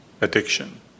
addiction